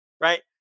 right